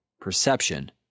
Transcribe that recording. perception